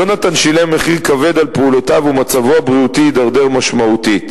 יונתן שילם מחיר כבד על פעולותיו ומצבו הבריאותי הידרדר משמעותית.